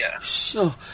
Sure